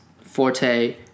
forte